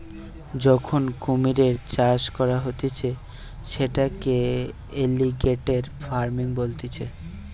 যখন কুমিরের চাষ করা হতিছে সেটাকে এলিগেটের ফার্মিং বলতিছে